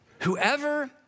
whoever